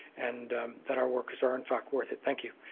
and that our workers are in fact worth it. thank you.